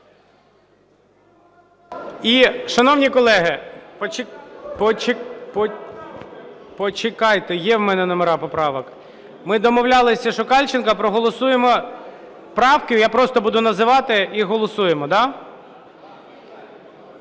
І, шановні колеги... Почекайте, є в мене номери поправок. Ми домовлялися, що Кальченка проголосуємо правки. Я просто буду називати і голосуємо.